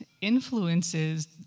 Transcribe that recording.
influences